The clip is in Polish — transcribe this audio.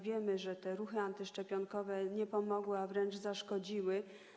Wiemy, że tutaj ruchy antyszczepionkowe nie pomogły, a wręcz zaszkodziły.